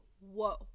whoa